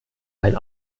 ein